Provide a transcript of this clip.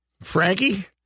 Frankie